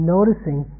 Noticing